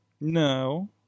no